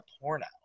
porno